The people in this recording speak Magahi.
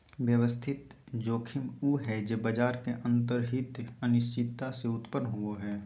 व्यवस्थित जोखिम उ हइ जे बाजार के अंतर्निहित अनिश्चितता से उत्पन्न होवो हइ